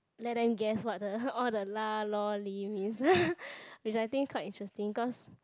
let them guess what the all the lah loh leh means which I think quite interesting cause